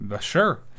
sure